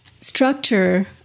structure